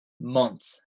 months